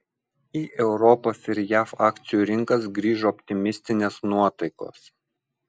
į europos ir jav akcijų rinkas grįžo optimistinės nuotaikos